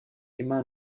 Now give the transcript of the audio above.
immer